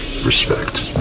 respect